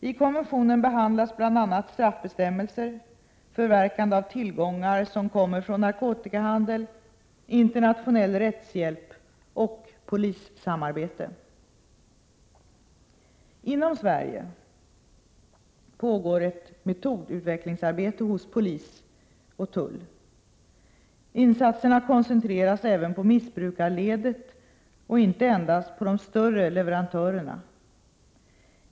I konventionen behandlas bl.a. straffbestämmelser, förverkande av tillgångar som kommer från narkotikahandel, internationell rättshjälp och polissamarbete. Inom Sverige pågår ett metodutvecklingsarbete hos polis och tull. Insatserna koncentreras även på missbrukarledet och inte endast på de större leverantörerna.